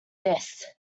this